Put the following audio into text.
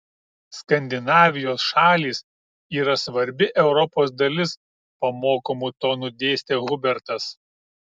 skandinavijos šalys yra svarbi europos dalis pamokomu tonu dėstė hubertas